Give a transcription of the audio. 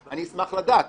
אני אשמח לדעת.